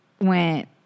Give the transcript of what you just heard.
went